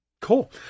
Cool